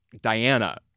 Diana